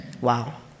Wow